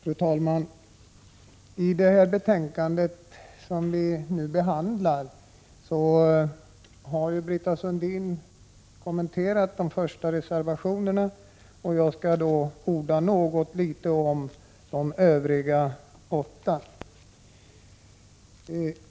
Fru talman! I BoU:s betänkande 1986/87:13 finns, utöver de reservationer Britta Sundin har kommenterat, ytterligare åtta som jag skall beröra.